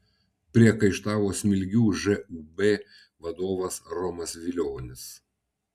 priekaištavo smilgių žūb vadovas romas vilionis